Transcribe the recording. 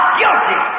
guilty